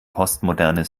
postmoderne